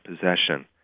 possession